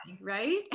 right